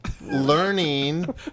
Learning